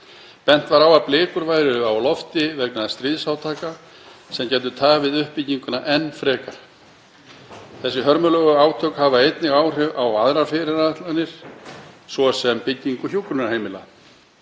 Bent var á að blikur væru á lofti vegna stríðsátaka sem gætu tafið uppbygginguna enn frekar. Þessi hörmulegu átök hafa einnig áhrif á aðrar fyrirætlanir, svo sem byggingu hjúkrunarheimila.